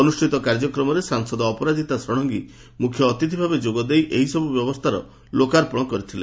ଅନୁଷ୍ଷିତ କାର୍ଯ୍ୟକ୍ରମରେ ସାଂସଦ ଅପରାଜିତା ଷଡ଼ଙଗୀ ମୁଖ୍ୟଅତିଥି ଭାବେ ଯୋଗଦେଇ ଏହିସବୁ ବ୍ୟବସ୍ତାର ଲୋକାର୍ପଶ କରିଥିଲେ